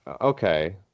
Okay